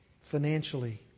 financially